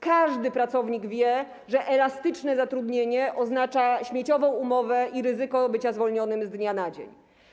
Każdy pracownik wie, że elastyczne zatrudnienie oznacza śmieciową umowę i ryzyko bycia zwolnionym z dnia na dzień.